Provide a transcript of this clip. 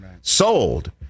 sold